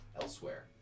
elsewhere